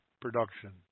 production